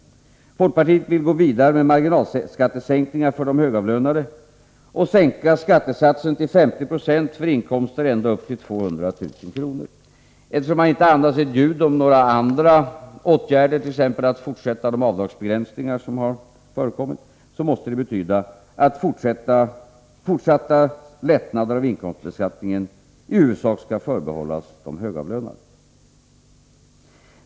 Folkpartiet vill gå vidare med marginalskattesänkningar för de högavlönade och sänka skattesatsen till 50 90 för inkomster ända upp till 200 000 kr. Eftersom man inte andas ett ljud om några andra åtgärder, t.ex. att fortsätta de avdragsbegränsningar som har förekommit, måste det betyda att fortsatta lättnader i inkomstbeskattningen i huvudsak skall förbehållas de högavlönade.